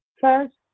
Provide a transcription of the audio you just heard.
first